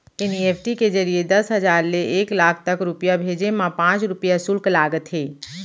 NEFT के जरिए दस हजार ले एक लाख तक रूपिया भेजे मा पॉंच रूपिया सुल्क लागथे